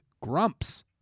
grumps